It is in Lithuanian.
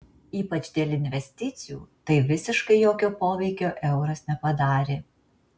ypač dėl investicijų tai visiškai jokio poveikio euras nepadarė